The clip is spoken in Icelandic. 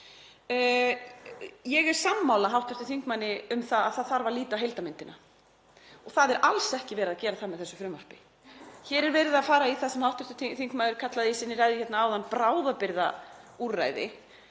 Ég er sammála hv. þingmanni um að það þurfi að líta á heildarmyndina en það er alls ekki verið að gera það með þessu frumvarpi. Hér er verið að fara í það sem hv. þingmaður kallaði í sinni ræðu áðan bráðabirgðaúrræði